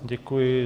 Děkuji.